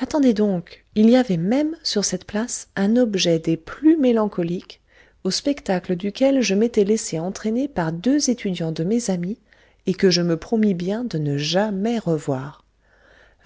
attendez donc il y avait même sur cette place un objet des plus mélancoliques au spectacle duquel je m'étais laissé entraîner par deux étudiants de mes amis et que je me promis bien de ne jamais revoir